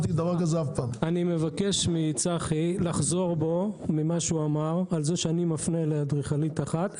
אני מבקש מצחי לחזור בו ממה שהוא אמר על זה שאני מפנה לאדריכלית אחת,